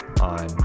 on